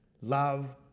love